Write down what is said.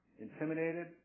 intimidated